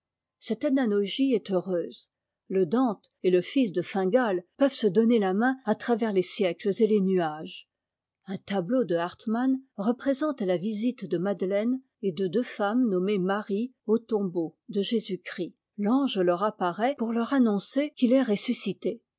cette analogie est heureuse le dante et le fils de fingal peuvent se donner la main à travers les siècles et les nuages un tableau de hartmann représente la visite de madeleine et de deux femmes nommées marie au tombeau de jésus-christ l'ange leur apparaît pour leur annoncer qu'il est ressuscité